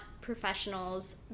professionals